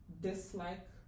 dislike